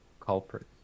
culprit